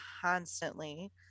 constantly